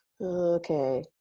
okay